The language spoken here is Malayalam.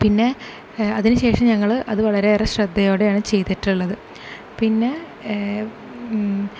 പിന്നെ അതിന് ശേഷം ഞങ്ങൾ അത് വളരെയേറെ ശ്രദ്ധയോടെയാണ് ചെയ്തിട്ടുള്ളത് പിന്നെ